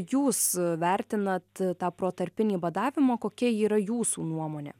jūs vertinat tą protarpinį badavimą kokia yra jūsų nuomonė